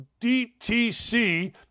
DTC